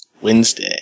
Wednesday